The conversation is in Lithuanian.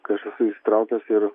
kai aš esu įsitraukęs ir